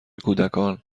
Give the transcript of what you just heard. کودکان